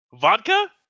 Vodka